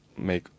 make